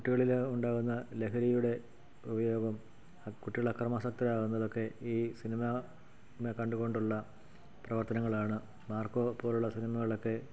കുട്ടികളിൽ ഉണ്ടാകുന്ന ലഹരിയുടെ ഉപയോഗം കുട്ടികളക്രമാസക്തരാകുന്നതൊക്കെ ഈ സിനിമാ കണ്ടു കൊണ്ടുള്ള പ്രവർത്തനങ്ങളാണ് മാർക്കോ പോലെയുള്ള സിനിമകളൊക്കെ